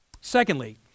Secondly